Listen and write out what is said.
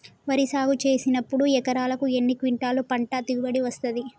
వరి సాగు చేసినప్పుడు ఎకరాకు ఎన్ని క్వింటాలు పంట దిగుబడి వస్తది?